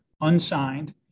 unsigned